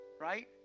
right